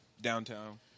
Downtown